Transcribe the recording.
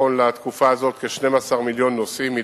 נכון לתקופה הזאת, כ-12 מיליון נוסעים.